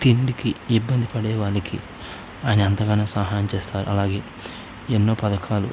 తిండికి ఇబ్బందిపడే వాళ్ళకి ఆయన ఎంతగానో సహాయం చేసారు అలాగే ఎన్నో పథకాలు